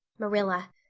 marilla,